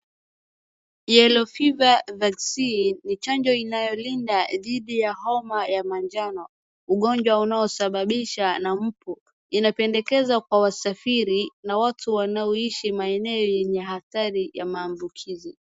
[ca]Yellow fever vaccine ni chanjo inayolinda dhidi ya homa ya majano. Ugonjwa unaosababishwa na mbu. Inapendekezwa kwa wasafiri na watu wanaoishi maeneo yenye hatari ya maambukizi.